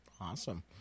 Awesome